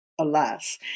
alas